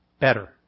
better